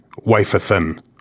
wafer-thin